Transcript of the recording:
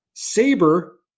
Sabre